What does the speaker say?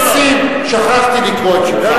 חבר הכנסת נסים, שכחתי לקרוא בשמך.